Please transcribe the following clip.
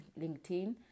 LinkedIn